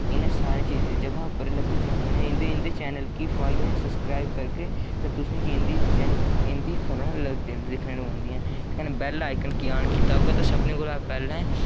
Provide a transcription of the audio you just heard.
इ'नें सारें चीजें जगह् उप्पर लब्भी जंदियां न इं'दे चैनल गी फालो जां सब्सक्राइब करगे ते तुसें गी इं'दी खबरां दिक्खन लगी पौंदियां ते कन्नै बैल्लआइकान गी आन कीता होऐ तां सभनें कोला पैह्लें